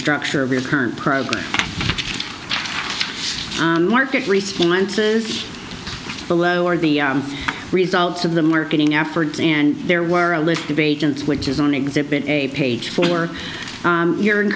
structure of your current program market responses below are the results of the marketing efforts and there were a list of agents which is on exhibit a page for your in